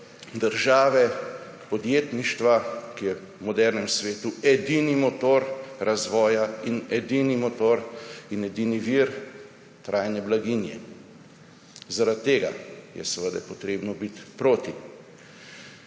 države, podjetništva, ki je v modernem svetu edini motor razvoja in edini motor in edini vir trajne blaginje. Zaradi tega je seveda potrebno biti proti.